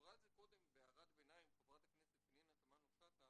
דיברה על זה קודם בהערת ביניים חברת הכנסת פנינה תמנו-שטה,